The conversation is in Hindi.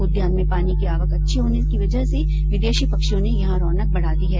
उद्यान में पानी की आवक अच्छी होने की वजह से विदेशी पक्षियों ने यहां रौनक बढ़ा दी है